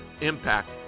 impact